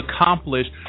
accomplished